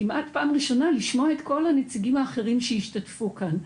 כמעט פעם ראשונה לשמוע את כל הנציגים האחרים שהשתתפו כאן.